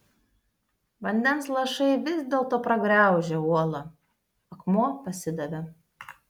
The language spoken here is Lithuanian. vandens lašai vis dėlto pragraužė uolą akmuo pasidavė